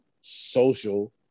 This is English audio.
social